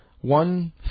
one